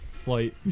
flight